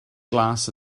glas